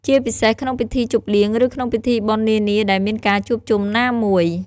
ជាពិសេសក្នុងពិធីជប់លៀង ឬក្នុងពិធីបុណ្យនានាដែលមានការជួបជុំណាមួយ។